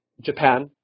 Japan